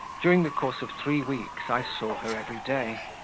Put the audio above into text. during the course of three weeks i saw her every day.